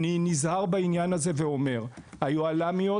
אני נזהר בעניין הזה ואומר: היוהל"מיות,